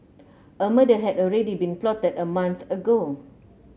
a murder had already been plotted a month ago